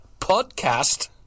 podcast